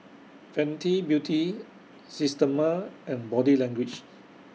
Fenty Beauty Systema and Body Language